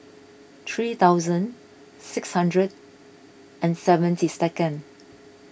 three thousand six hundred and seventy second